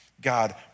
God